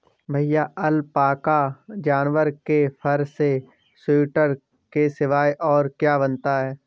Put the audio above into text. भैया अलपाका जानवर के फर से स्वेटर के सिवाय और क्या बनता है?